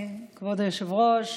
כבוד היושב-ראש,